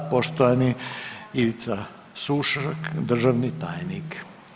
Poštovani Ivica Šušak, državni tajnik.